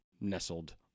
nestled